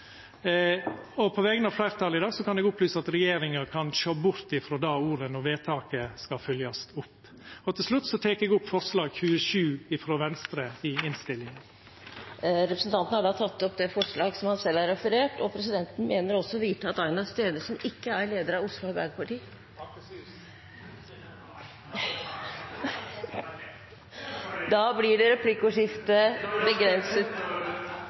sitt. På vegner av fleirtalet i dag kan eg opplysa at regjeringa kan sjå bort frå det ordet når vedtaket skal fylgjast opp. Til slutt tek eg opp forslag nr. 27, frå Venstre, i innstillinga. Representanten Terje Breivik har tatt opp det forslaget han refererte til. Presidenten mener også å vite at Aina Stenersen ikke er leder av Oslo Arbeiderparti. Akershus? FrP! Å ja, sa eg Arbeidarpartiet? Det hjartet er fullt av, veit du! Det blir replikkordskifte.